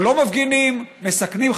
או לא מפגינים, מסכנים חיילים,